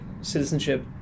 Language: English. citizenship